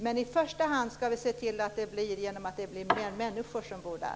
Men i första hand ska vi se till att människor bosätter sig i dem.